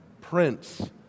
Prince